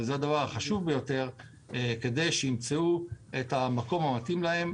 וזה הדבר החשוב ביותר כדי שימצאו את המקום המתאים להם.